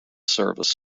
service